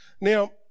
now